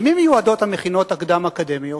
למי מיועדות המכינות הקדם-אקדמיות?